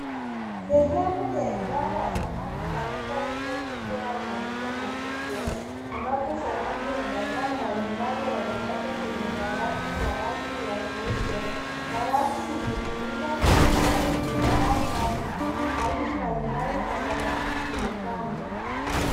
Sehemu ya idara ya samaki katika duka kubwa au maduka makubwa ambapo samaki na dagaa mbalimbali wamewekwa kwenye barafu kwa ajili ya kuuzwa. Barafu imetumika kuhifadhi bidhaa safi. Aina mbalimbali za samaki zimepangwa.